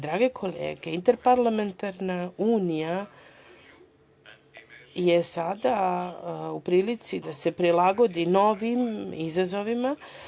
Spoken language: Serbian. Drage kolege, Interparlamentarna unija je sada u prilici da se prilagodi novim izazovima.